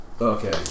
Okay